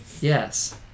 Yes